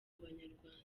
abanyarwanda